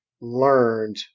learned